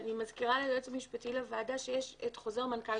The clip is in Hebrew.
אני מזכירה ליועץ המשפטי לוועדה שיש את חוזר מנכ"ל משרד הפנים.